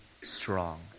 Strong